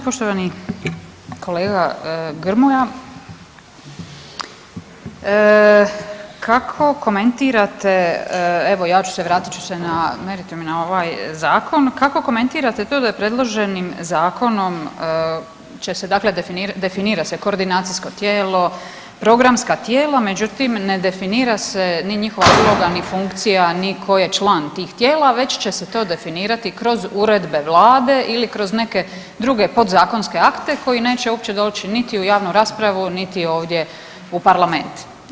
Poštovani kolega Grmoja, kako komentirate, evo ja ću se, vratit ću se na meritum i na ovaj zakon, kako komentirate to da je predloženim zakonom će se dakle, definira se koordinacijsko tijelo, programska tijela, međutim ne definira se ni njihova uloga, ni funkcija, ni tko je član tih tijela već će se to definirati kroz uredbe vlade ili kroz neke druge podzakonske akte koji neće uopće doći niti u javnu raspravu, niti ovdje u parlament.